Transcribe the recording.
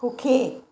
সুখী